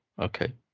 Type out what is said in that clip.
okay